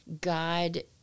God